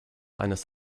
eines